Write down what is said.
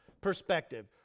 perspective